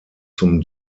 zum